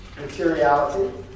materiality